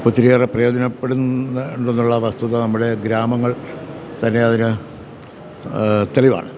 ഒത്തിരിയേറെ പ്രയോജനപ്പെടുന്നുണ്ടെന്നുള്ള വസ്തുത നമ്മുടെ ഗ്രാമങ്ങൾ തന്നെ അതിന് തെളിവാണ്